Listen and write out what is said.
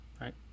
right